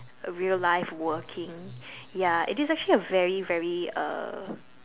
a real life working ya it is actually a very very uh